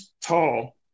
tall